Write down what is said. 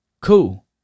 cool